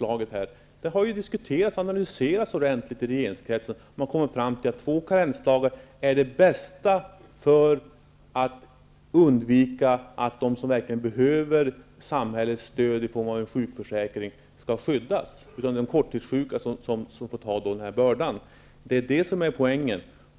om karensdagar, har analyserats ordentligt i regeringskretsen, och man har kommit fram till att två karensdagar är det bästa för att skydda dem som verkligen behöver samhällets stöd i form av en sjukförsäkring, utom de korttidssjuka, som får ta den här bördan. Det är det som är poängen.